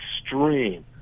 extreme